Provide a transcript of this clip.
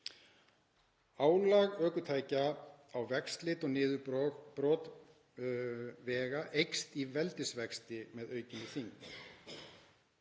Álag ökutækja á vegslit og niðurbrot vega eykst í veldisvexti með aukinni þyngd.